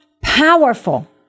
powerful